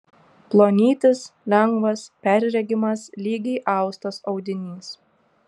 plonytis lengvas perregimas lygiai austas audinys